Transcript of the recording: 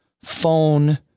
phone